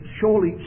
surely